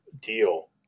deal